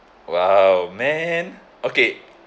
!wow! man okay